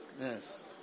Yes